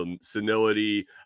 senility